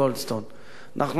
אנחנו היינו בעמדת מיעוט,